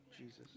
Jesus